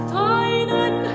deinen